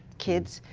kids,